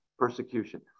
persecution